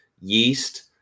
yeast